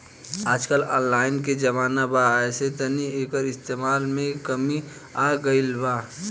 आजकल ऑनलाइन के जमाना बा ऐसे तनी एकर इस्तमाल में कमी आ गइल बा